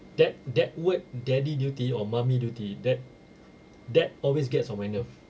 that that word daddy duty or mummy duty that that always gets on my nerve